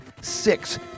six